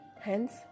Hence